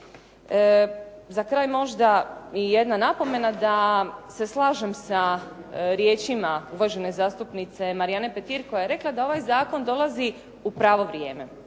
Za kraj možda i jedna napomena da se slažem sa riječima uvažene zastupnice Marijane Petir koja je rekla da ovaj zakon dolazi u pravo vrijeme.